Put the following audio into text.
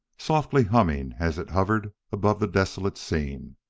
softly humming as it hovered above the desolate scene.